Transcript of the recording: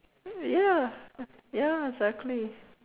ya ya ya exactly